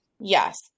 Yes